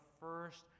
first